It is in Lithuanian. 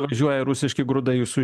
važiuoja rusiški grūdai jūsų